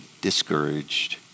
discouraged